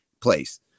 place